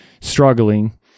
struggling